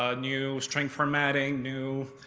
ah new string formatting, new.